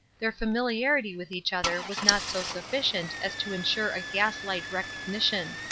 their familiarity with each other was not so sufficient as to insure a gas-light recognition.